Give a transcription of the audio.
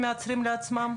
שהם מייצרים לעצמם?